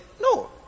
No